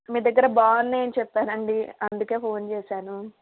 మీ దగ్గర బాగున్నాయి అని చెప్పారండి అందుకే ఫోన్ చేశాను